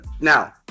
Now